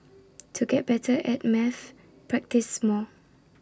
to get better at maths practise more